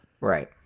Right